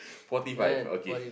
forty five okay